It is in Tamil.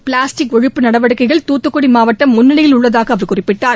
பிளாஸ்டிக் ஒழிப்பு நடவடிக்கையில் துத்துக்குடி மாவட்டம் முன்னிலையில் உள்ளதாக அவர் குறிப்பிட்டார்